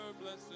blessed